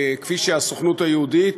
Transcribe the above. כפי שהסוכנות היהודית